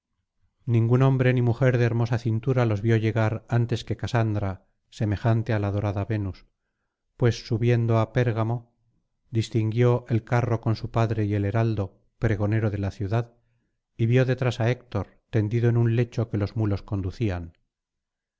ningún hombre ni mujer de hermosa cintura los vio llegar antes que casandra semejante á la dorada venus pues subiendo á pérgamo distinguió el carro con su padre y el heraldo pregonero de la ciudad y vio detrás á héctor tendido en un lecho que los mulos conducían